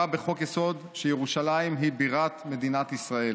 בחוק-יסוד שירושלים היא בירת מדינת ישראל.